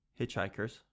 hitchhikers